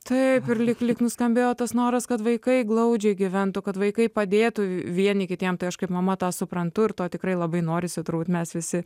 tai lyg lyg nuskambėjo tas noras kad vaikai glaudžiai gyventų kad vaikai padėtų vieni kitiems tai aš kaip mama tą suprantu ir to tikrai labai norisi turbūt mes visi